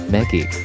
Maggie